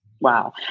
Wow